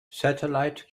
satellite